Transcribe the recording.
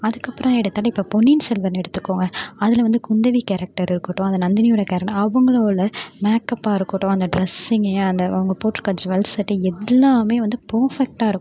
அதுக்கப்புறம் எடுத்தாலே இப்போ பொன்னியின் செல்வன் எடுத்துக்கோங்க அதில் வந்து குந்தவி கேரக்டர் இருக்கட்டும் அந்த நந்தினியோட கேரக் அவங்களோட மேக்கப்பாக இருக்கட்டும் அந்த டிரெஸ்ஸிங்கு அந்த அவங்க போட்டிருக்க ஜுவல் செட்டு எல்லாமே வந்து பர்ஃபெக்ட்டாயிருக்கும்